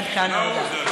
עד כאן ההודעה.